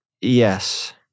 Yes